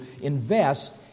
invest